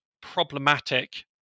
problematic